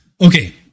Okay